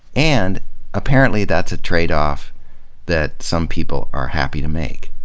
and apparently that's a trade-off that some people are happy to make.